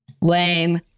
Lame